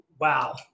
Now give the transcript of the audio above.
wow